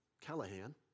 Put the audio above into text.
Callahan